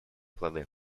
плоды